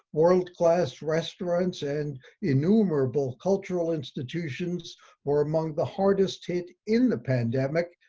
world-class restaurants, and innumerable cultural institutions were among the hardest hit in the pandemic,